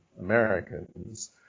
Americans